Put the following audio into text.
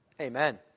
Amen